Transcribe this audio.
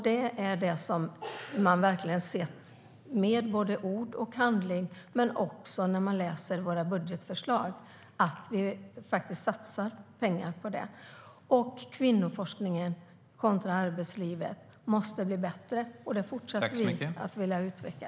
Det är vad man verkligen har sett i både ord och handling men också sett när man läser våra budgetförslag, att vi faktiskt satsar pengar på det. Kvinnoforskningen kontra arbetslivet måste bli bättre, och det fortsätter vi att vilja utveckla.